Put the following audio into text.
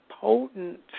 potent